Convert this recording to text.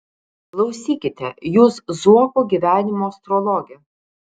klausykite jūs zuoko gyvenimo astrologe